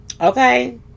Okay